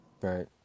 Right